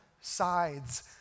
sides